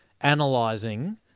Analyzing